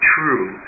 True